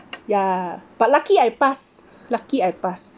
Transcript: ya but lucky I pass lucky I pass